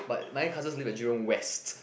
but my cousins live in Jurong West